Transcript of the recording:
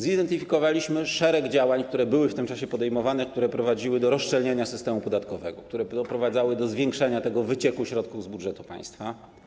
Zidentyfikowaliśmy szereg działań, które były w tym czasie podejmowane, które prowadziły do rozszczelnienia systemu podatkowego, które doprowadzały do zwiększenia tego wycieku środków z budżetu państwa.